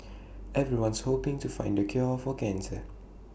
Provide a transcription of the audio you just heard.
everyone's hoping to find the cure for cancer